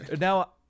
now